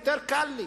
יותר קל לי.